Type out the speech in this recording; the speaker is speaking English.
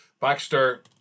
Baxter